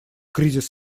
кризис